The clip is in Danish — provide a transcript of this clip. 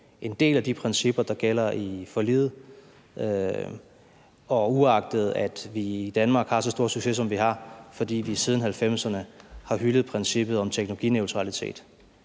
en del af de principper, der gælder i forliget, og uagtet at vi i Danmark har så stor succes, som vi har, fordi vi siden 1990'erne har hyldet princippet om teknologineutralitet.